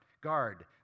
guard